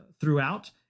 throughout